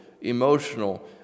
Emotional